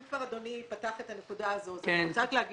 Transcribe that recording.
אם אדוני פתח את הנקודה הזאת, אני רוצה לומר